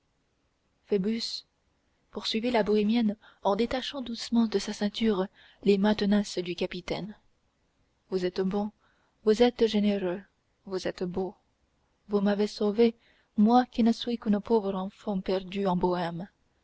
phoebus poursuivit la bohémienne en détachant doucement de sa ceinture les mains tenaces du capitaine vous êtes bon vous êtes généreux vous êtes beau vous m'avez sauvée moi qui ne suis qu'une pauvre enfant perdue en bohême